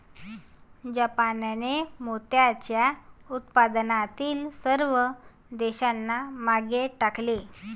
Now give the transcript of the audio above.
जापानने मोत्याच्या उत्पादनातील सर्व देशांना मागे टाकले